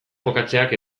jokatzeak